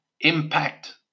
Impact